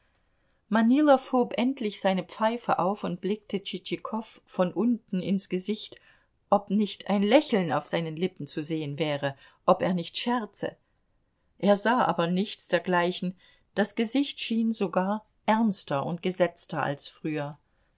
hob endlich seine pfeife auf und blickte tschitschikow von unten ins gesicht ob nicht ein lächeln auf seinen lippen zu sehen wäre ob er nicht scherze er sah aber nichts dergleichen das gesicht schien sogar ernster und gesetzter als früher